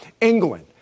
England